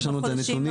יש לנו את הנתונים,